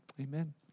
Amen